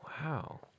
Wow